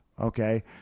okay